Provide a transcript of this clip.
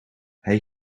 hij